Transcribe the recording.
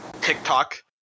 TikTok